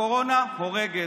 הקורונה הורגת,